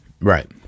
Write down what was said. right